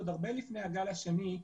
עוד הרבה לפני הגל השני,